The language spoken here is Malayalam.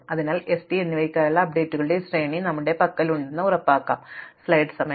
അതിനാൽ s t എന്നിവയ്ക്കായുള്ള അപ്ഡേറ്റുകളുടെ ഈ ശ്രേണി ഞങ്ങളുടെ പക്കലുണ്ടെന്ന് എങ്ങനെ ഉറപ്പാക്കാം എന്നതാണ് ഇപ്പോൾ ചോദ്യം